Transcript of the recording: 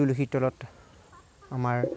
তুলসীৰ তলত আমাৰ